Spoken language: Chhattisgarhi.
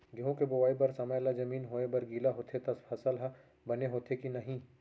गेहूँ के बोआई बर समय ला जमीन होये बर गिला होथे त फसल ह बने होथे की नही?